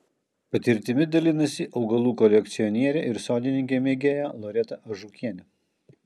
patirtimi dalinasi augalų kolekcionierė ir sodininkė mėgėja loreta ažukienė